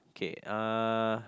K uh